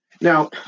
Now